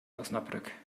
osnabrück